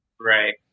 right